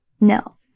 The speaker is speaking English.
no